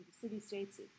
city-states